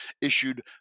issued